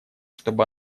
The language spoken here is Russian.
чтобы